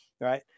right